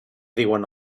diuen